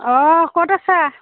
অঁ ক'ত আছা